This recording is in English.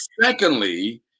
secondly